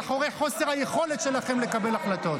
מאחורי חוסר היכולת שלכם לקבל החלטות.